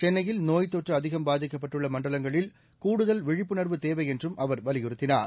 சென்னையில் நோய்த்தொற்று அதிகம் பாதிக்கப்பட்டுள்ள மண்டலங்களில் கூடுதல் விழிப்புணர்வு தேவை என்றும் அவர் வலியுறுத்தினார்